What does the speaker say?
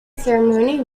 ceremony